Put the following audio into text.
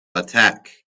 attack